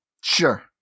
Sure